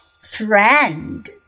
friend